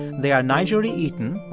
they are n'jeri eaton,